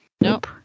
nope